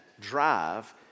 drive